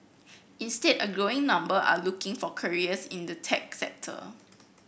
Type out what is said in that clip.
instead a growing number are looking for careers in the tech sector